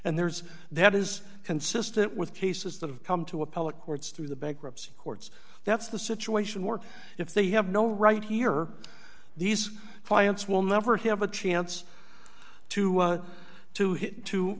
and there's that is consistent with pieces that have come to a public courts through the bankruptcy courts that's the situation work if they have no right here these clients will never have a chance to to to